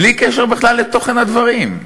בלי קשר בכלל לתוכן הדברים?